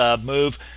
move